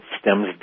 stems